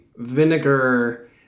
Vinegar